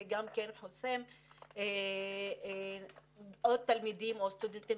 זה גם כן חוסם עוד תלמידים או סטודנטים